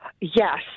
Yes